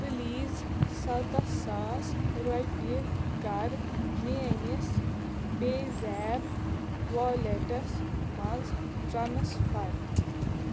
please سَتَتھ ساس رۄپیہِ کَر میٛٲنِس پے زیپ والٮ۪ٹَس منٛز ٹرٛانسفَر